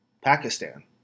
Pakistan